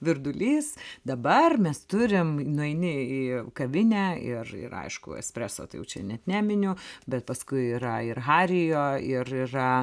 virdulys dabar mes turim nueini į kavinę ir ir aišku espreso tai jau čia net neminiu bet paskui yra ir harijo ir yra